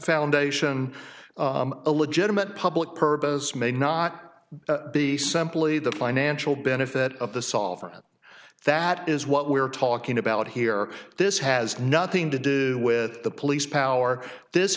foundation a legitimate public purpose may not be simply the financial benefit of the solvent that is what we are talking about here this has nothing to do with the police power this